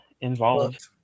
involved